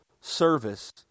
service